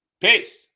Peace